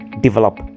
develop